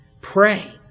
Pray